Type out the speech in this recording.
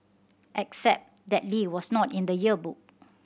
except that Lee was not in the yearbook